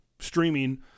streaming